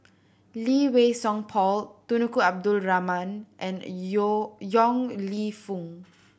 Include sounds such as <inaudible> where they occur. Lee Wei Song Paul <unintelligible> Abdul Rahman and Yeo Yong Lew Foong